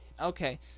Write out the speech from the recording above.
Okay